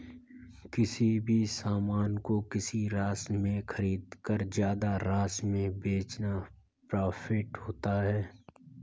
किसी भी सामान को किसी राशि में खरीदकर ज्यादा राशि में बेचना प्रॉफिट होता है